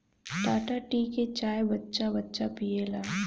Tata tea के चाय बच्चा बच्चा पियेला